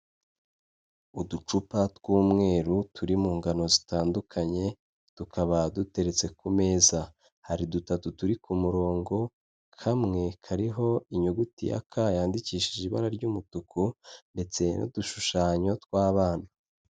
Uducupa tw'umweru turi mu ngano zitandukanye, tukaba duteretse ku meza. Hari dutatu turi ku murongo, kamwe kariho inyuguti ya K yandikishije ibara ry'umutuku, ndetse n'udushushanyo tw'abana.